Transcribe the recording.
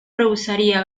rehusaría